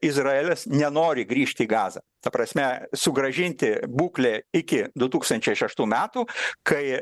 izraelis nenori grįžt į gazą ta prasme sugrąžinti būklę iki du tūkstančiai šeštų metų kai